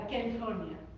California